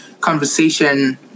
conversation